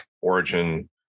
origin